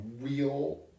real